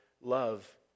love